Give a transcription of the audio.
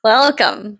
Welcome